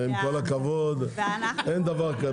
עם כל הכבוד, אין דבר כזה.